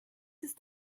ist